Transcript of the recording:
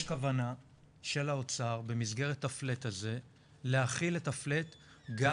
יש כוונה של האוצר במסגרת ה-flat הזה להחיל את ה-flat גם